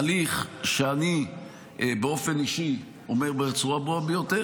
הליך שאני באופן אישי אומר בצורה הברורה ביותר: